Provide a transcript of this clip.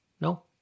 No